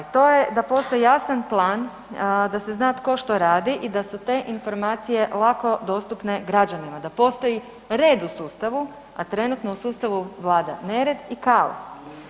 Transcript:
To je da postoji jasan plan da se zna tko što radi i da su te informacije lako dostupne građanima, da postoji red u sustavu, a trenutno u sustavu vlada nered i kaos.